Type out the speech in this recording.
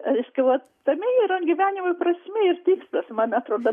reiškia vat tame yra gyvenimui prasmė ir tikslas man atrodo